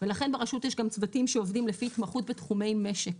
ולכן ברשות יש גם צוותים שעובדים לפי התמחות בתחומי משק.